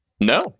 No